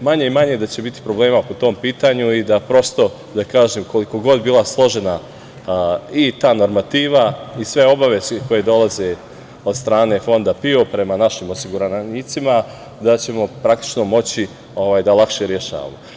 manje i manje problema po tom pitanju i da, prosto da kažem, koliko god bila složena i ta normativa i sve obaveze koje dolaze od strane Fonda PIO prema našem osiguranicima, da ćemo moći da lakše rešavamo.